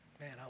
Man